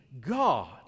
God